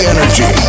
Energy